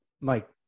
Mike